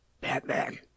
Batman